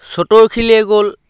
চতখিলৈ গ'ল